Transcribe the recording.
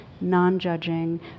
non-judging